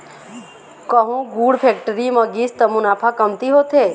कहूँ गुड़ फेक्टरी म गिस त मुनाफा कमती होथे